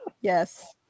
Yes